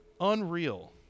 Unreal